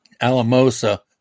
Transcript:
Alamosa